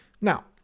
Now